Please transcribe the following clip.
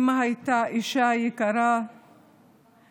אימא הייתה אישה יקרה ונדירה,